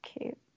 cute